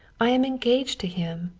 i am engaged to him.